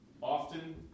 Often